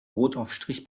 brotaufstrich